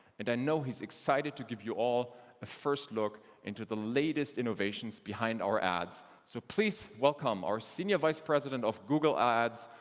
and i know he's excited to give you all a first look into the latest innovations behind our ads. so please welcome, our senior vice president of google ads,